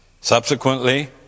Subsequently